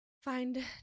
find